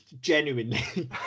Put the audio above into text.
genuinely